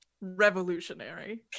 Revolutionary